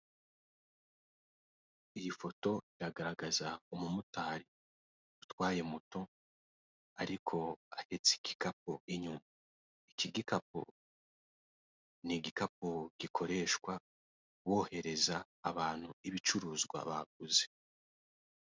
Iyi foto iragaragaza umumotari utwaye moto, ariko ahetse igikapu inyuma. Iki gikapu ni igikapu gikoreshwa boherereza abantu ibicuruzwa baguze.